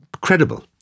credible